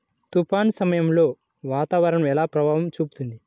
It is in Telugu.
తుఫాను సమయాలలో వాతావరణం ఎలా ప్రభావం చూపుతుంది?